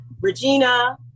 Regina